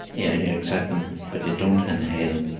yeah you accept them, but you don't inhale.